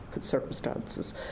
circumstances